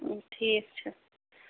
ٹھیٖک چھُ